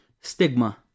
Stigma